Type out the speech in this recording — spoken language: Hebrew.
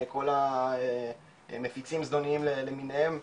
כל המפיצים הזדוניים למיניהם,